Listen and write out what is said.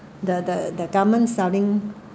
the the the government selling